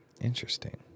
Interesting